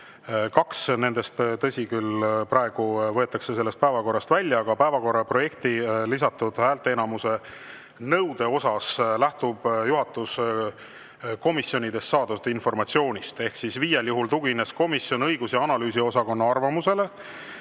Kaks nendest, tõsi küll, praegu võetakse sellest päevakorrast välja. Päevakorra projekti lisatud häälteenamuse nõude puhul lähtub juhatus komisjonidest saadavast informatsioonist. Viiel juhul tugines komisjon õigus‑ ja analüüsiosakonna arvamusele.